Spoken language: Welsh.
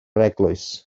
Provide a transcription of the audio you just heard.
eglwys